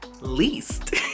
least